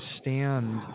stand